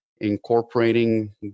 incorporating